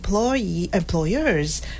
employers